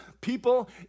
people